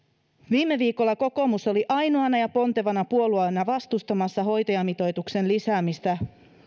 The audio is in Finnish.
viime viikolla kokoomus oli ainoana ja pontevana puolueena vastustamassa hoitajamitoituksen lisäämistä